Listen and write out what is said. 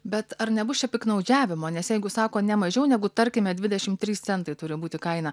bet ar nebus čia piktnaudžiavimo nes jeigu sako ne mažiau negu tarkime dvidešim trys centai turi būti kaina